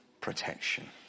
protection